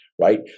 right